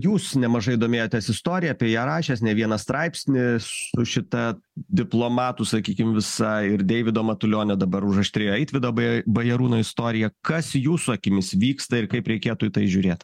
jūs nemažai domėjotės istorija apie ją rašęs ne vieną straipsnį su šita diplomatų sakykim visa ir deivido matulionio dabar užaštrėjo eitvydo be bajarūno istorija kas jūsų akimis vyksta ir kaip reikėtų į tai žiūrėt